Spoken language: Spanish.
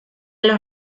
los